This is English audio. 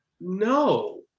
No